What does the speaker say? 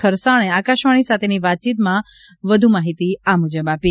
ખરસાણે આકાશવાણી સાથેની વાતચીતમાં વધ્ માહિતી આપી